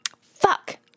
Fuck